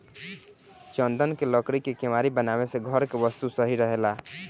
चन्दन के लकड़ी के केवाड़ी बनावे से घर के वस्तु सही रहेला